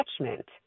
attachment